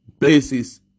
places